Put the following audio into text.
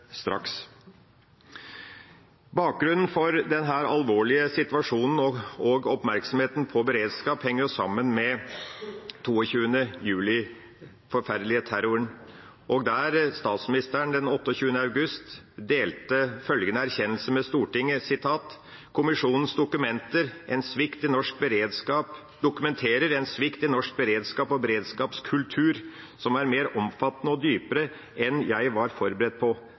straks. Bakgrunnen for denne alvorlige situasjonen og oppmerksomheten på beredskap henger sammen med den forferdelige terroren 22. juli, og der statsminister Stoltenberg den 28. august 2012 delte følgende erkjennelse med Stortinget: «Kommisjonen dokumenterer en svikt i norsk beredskap og beredskapskultur som er mer omfattende og dypere enn jeg var forberedt på.